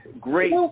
great